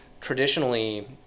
Traditionally